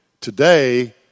today